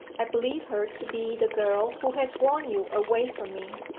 i believe her to be the girl who has won you away from me.